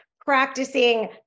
practicing